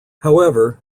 however